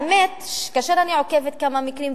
האמת היא שכאשר אני עוקבת אחרי כמה מקרים,